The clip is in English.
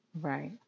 Right